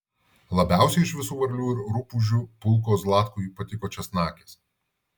labiausiai iš viso varlių ir rupūžių pulko zlatkui patiko česnakės